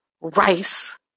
rice